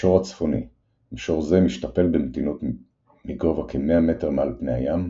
המישור הצפוני – מישור זה משתפל במתינות מגובה כ-100 מטר מעל פני הים,